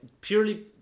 purely